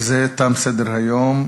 בזה תם סדר-היום.